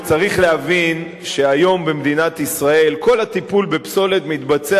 צריך להבין שהיום במדינת ישראל כל הטיפול בפסולת מתבצע,